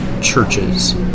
churches